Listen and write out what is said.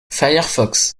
firefox